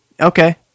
okay